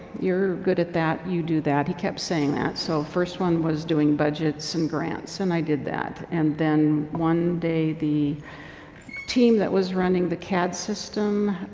you're good at that, you do that. he kept saying that. so first one was doing budgets and grants. and i did that. and then one day the team that was running the cad system